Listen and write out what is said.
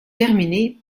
terminés